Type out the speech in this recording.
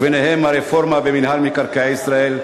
וביניהם הרפורמה במינהל מקרקעי ישראל,